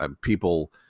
people